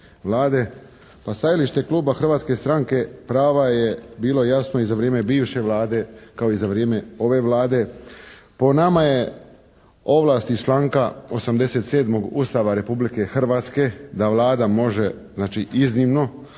stajalište kluba Hrvatske stranke prava je bilo jasno i za vrijeme bivše Vlade kao i za vrijeme ove Vlade. Po nama je ovlast iz članka 87. Ustava Republike Hrvatske, da Vlada može znači